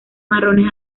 marrones